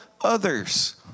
others